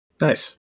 Nice